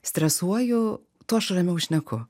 stresuoju tuo aš ramiau šneku